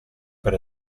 per